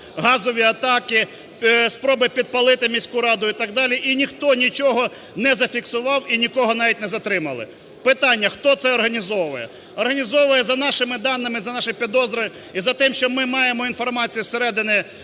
газові атаки, спроби підпалити міську раду і так далі, і ніхто нічого не зафіксував, і нікого навіть не затримали. Питання: хто це організовує? Організовує, за нашими даними, за нашими підозрами і за тим, що ми маємо інформацію зсередини